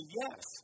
yes